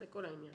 זה כל העניין.